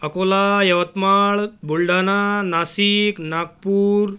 Akola Yavatmal Buldhana Nashik Nagpur